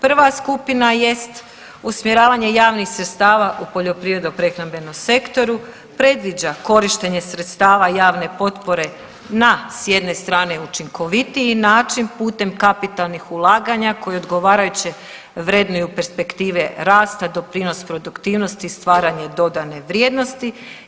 Prva skupina jest usmjeravanje javnih sredstava u poljoprivredno prehrambenom sektoru predviđa korištenje sredstava javne potpore na s jedne strane učinkovitiji način putem kapitalnih ulaganja koji odgovarajuće vrednuju perspektive rasta, doprinos produktivnosti i stvaranju dodane vrijednosti.